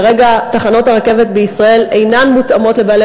כרגע תחנות הרכבת בישראל אינן מותאמות לבעלי